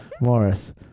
Morris